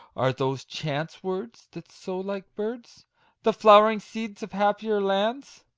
are those chance words, that sow like birds the flowering seeds of happier lands!